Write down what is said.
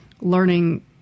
learning